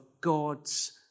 God's